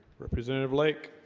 representative lake